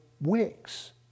wigs